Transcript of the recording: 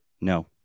No